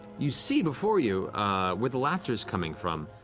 you see before you where the laughter's coming from.